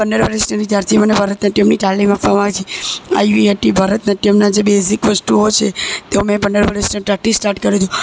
પંદર વરસની હતી ત્યારથી મને ભારત નાટ્યમની તાલીમ આપવામાં આવી છે આવી હતી ભરત નાટ્યમના જે બેઝિક વસ્તુઓ છે તેઓ મેં પંદરના હતા ત્યારથી સ્ટાર્ટ કર્યું હતું